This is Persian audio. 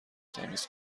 تمیز